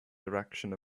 direction